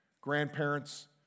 grandparents